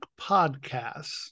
podcasts